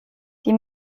die